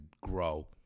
grow